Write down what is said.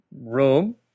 room